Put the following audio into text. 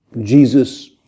Jesus